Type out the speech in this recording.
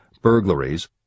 burglaries